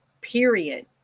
period